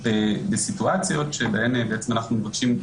בסיטואציות שבהן בעצם אנחנו מבקשים,